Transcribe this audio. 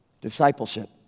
Discipleship